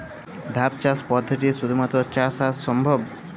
ধাপ চাষ পদ্ধতিতে শুধুমাত্র চা চাষ সম্ভব?